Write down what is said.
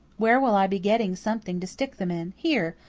where will i be getting something to stick them in? here,